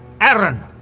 Aaron